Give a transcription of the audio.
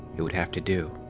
it would have to do.